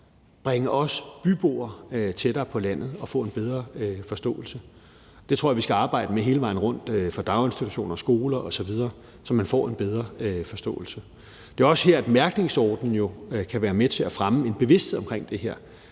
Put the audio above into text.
bringe os byboere tættere på landet for at få en bedre forståelse. Det tror jeg vi skal arbejde med hele vejen rundt fra daginstitutioner til skoler osv., så man får en bedre forståelse. Det er også her, at mærkningsordningen jo kan være med til at fremme en bevidsthed omkring det her.